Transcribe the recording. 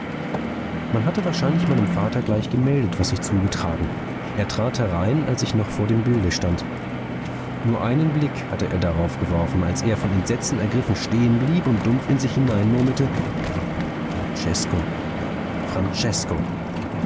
man hatte wahrscheinlich meinem vater gleich gemeldet was sich zugetragen er trat herein als ich noch vor dem bilde stand nur einen blick hatte er darauf geworfen als er von entsetzen ergriffen stehen blieb und dumpf in sich hineinmurmelte francesko francesko